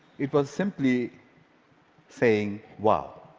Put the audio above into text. it was simply saying, wow,